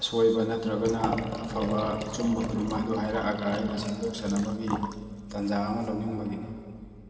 ꯑꯁꯣꯏꯕ ꯅꯠꯇ꯭ꯔꯒꯅ ꯑꯐꯕ ꯑꯆꯨꯝꯕ ꯈꯨꯗꯤꯡꯃꯛ ꯑꯗꯨ ꯍꯥꯏꯔꯛꯑꯒ ꯑꯩꯅ ꯁꯦꯝꯗꯣꯛꯆꯅꯕꯒꯤ ꯇꯥꯟꯖꯥ ꯑꯃ ꯂꯧꯅꯤꯡꯕꯒꯤꯅꯤ